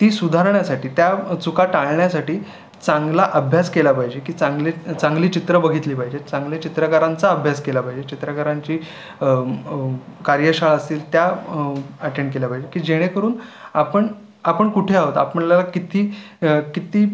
ती सुधारण्यासाठी त्या चुका टाळण्यासाठी चांगला अभ्यास केला पाहिजे की चांगले चांगली चित्रं बघितली पाहिजेत चांगले चित्रकारांचा अभ्यास केला पाहिजे चित्रकारांची कार्यशाळा असतील त्या अटेंड केल्या पाहिजे की जेणेकरून आपण आपण कुठे आहोत आपल्याला किती कित्ती